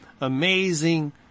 amazing